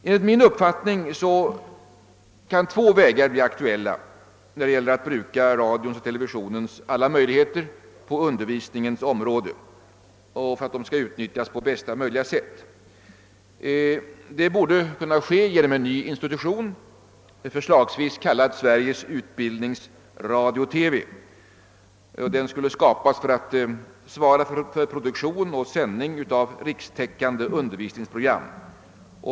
Enligt min uppfattning kan två vägar bli aktuella när det gäller att utnyttja radions och televisionens alla möjligheter på undervisningens område på bästa sätt. Det borde kunna ske genom en ny institution, förslagsvis kallad Sveriges utbildningsradio-TV, som skulle svara för produktion och sändning av rikstäckande undervisningsprogram.